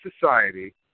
society